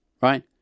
right